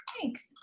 Thanks